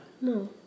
No